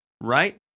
right